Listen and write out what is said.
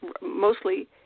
mostly